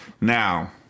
Now